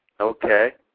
Okay